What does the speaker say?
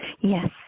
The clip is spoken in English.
Yes